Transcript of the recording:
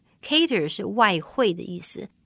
cater是外汇的意思。